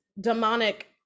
demonic